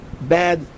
bad